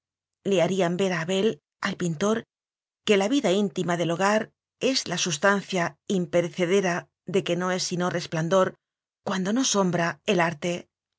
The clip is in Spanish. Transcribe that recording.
le harían ver a abel al pintor que la vida íntima del hogar es la sustancia imperece dera de que no es sino resplandor cuando no sombra el arte